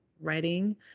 writing